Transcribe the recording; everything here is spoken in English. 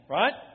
right